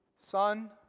Son